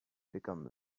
become